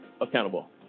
accountable